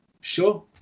sure